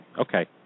Okay